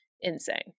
insane